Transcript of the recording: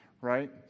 right